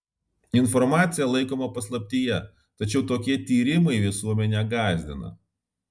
informacija laikoma paslaptyje tačiau tokie tyrimai visuomenę gąsdina